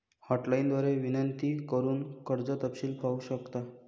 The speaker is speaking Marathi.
हॉटलाइन द्वारे विनंती करून कर्ज तपशील पाहू शकता